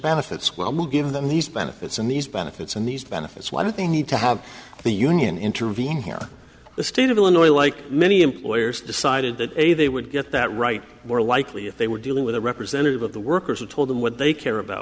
benefits well give them these benefits and these benefits and these benefits why do they need to have the union intervene here the state of illinois like many employers decided that a they would get that right more likely if they were dealing with a representative of the workers who told them what they care about